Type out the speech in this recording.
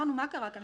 אמרו, מה קרה כאן?